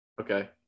Okay